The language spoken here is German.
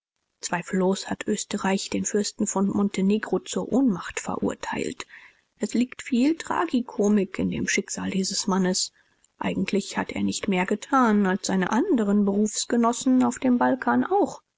zweifellos hat österreich den fürsten von montenegro zur ohnmacht verurteilt es liegt viel tragikomik in dem schicksale dieses mannes eigentlich hat er nicht mehr getan als seine anderen berufsgenossen auf dem balkan auch